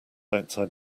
outside